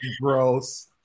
gross